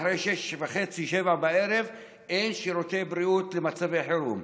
אחרי 19:00-18:30 אין שירותי בריאות למצבי חירום.